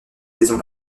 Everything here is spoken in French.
saison